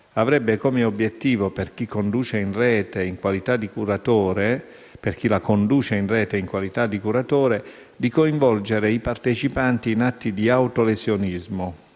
avrebbe come obiettivo, per chi la conduce in Rete in qualità di curatore, di coinvolgere i partecipanti in atti di autolesionismo,